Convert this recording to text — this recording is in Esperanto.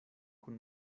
kun